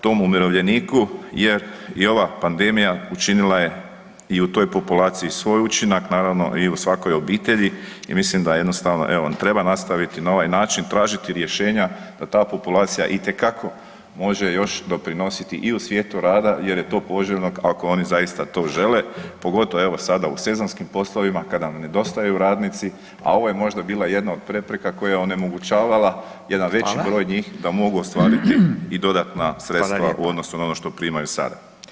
tom umirovljeniku jer i ova pandemija učinila je i u toj populaciji svoj učinak, naravno i u svakoj obitelji i mislim da jednostavno, evo, treba nastaviti na ovaj način, tražiti rješenja da ta populacija itekako može još doprinositi i u svijetu rada jer je to poželjno ako oni zaista to žele, pogotovo, evo, sada u sezonskim poslovima kada nam nedostaju radnici, a ovo je možda bila jedna od prepreka koja onemogućavala jedan veći broj [[Upadica: Hvala.]] njih da mogu ostvariti i dodatna sredstva u odnosu na ono što primaju sada.